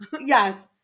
Yes